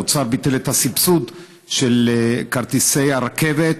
האוצר ביטל את הסבסוד של כרטיסי הרכבת,